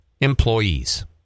employees